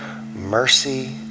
Mercy